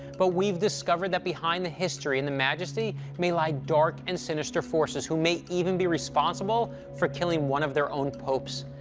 but we've discovered that behind the history and the majesty may lie dark and sinister forces who may even be responsible for killing one of their own popes.